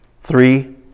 Three